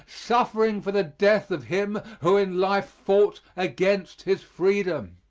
suffering for the death of him who in life fought against his freedom.